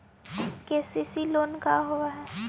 KCC loan का होब हइ?